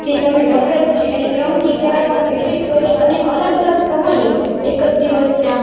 કે તમે લખેલું છે એને ત્રણથી ચાર વાર રિપીટ કરી અને અલગ અલગ સમયે એક જ દિવસના